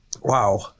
wow